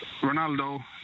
Ronaldo